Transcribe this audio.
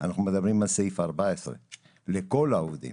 אנחנו מדברים על סעיף 14 לכל העובדים.